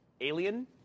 alien